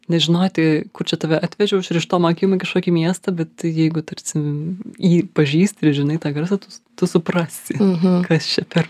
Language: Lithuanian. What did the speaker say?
nežinoti kur čia tave atvežė užrištom akim nu kažkokį miestą bet jeigu tarsim jį pažįsti žinai tą garsą tu su tu suprasi kas čia per